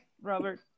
Robert